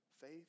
faith